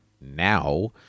now